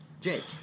Jake